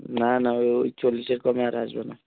না না ওই চল্লিশের কমে আর আসবে না